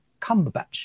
Cumberbatch